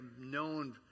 known